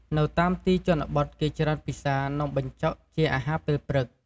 នៅតាមទីជនបទគេច្រើនពិសានំបញ្ចុកជាអាហារពេលព្រឹក។